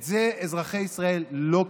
את זה אזרחי ישראל לא קיבלו,